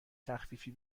تخفیفی